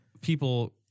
people